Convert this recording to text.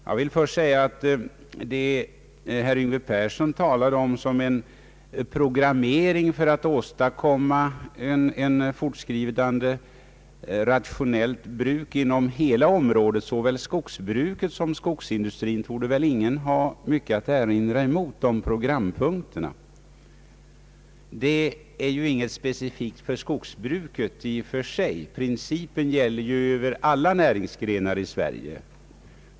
Först vill jag säga att det som herr Yngve Persson talar om som en programmering för att åstadkomma ett fortskridande rationellt bruk inom hela området — såväl skogsbruket som skogsindustrin — torde ingen ha mycket att erinra emot. Det är ju inget specifikt för skogsbruket i och för sig. Principen gäller för alla näringsgrenar i Sverige.